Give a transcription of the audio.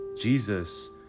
Jesus